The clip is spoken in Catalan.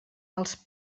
els